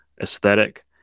aesthetic